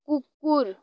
कुकुर